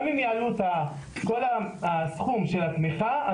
גם אם יעלו את כל הסכום של התמיכה,